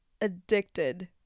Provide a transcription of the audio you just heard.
addicted